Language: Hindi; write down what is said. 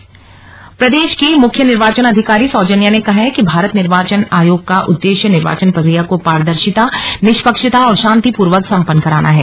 निरीक्षण चंपावत प्रदेश की मुख्य निर्वाचन अधिकारी सौजन्या ने कहा है कि भारत निर्वाचन आयोग का उद्देश्य निर्वाचन प्रक्रिया को पारदर्शिता निष्पक्षता और शांति पूर्वक सम्पन्न कराना है